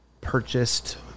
purchased